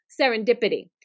serendipity